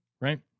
Right